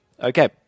Okay